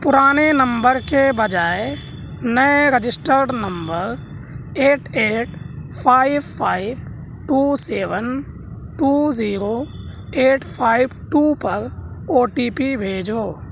پرانے نمبر کے بجائے نئے رجسٹرڈ نمبر eight eight five five two seven two zero eight five two پر او ٹی پی بھیجو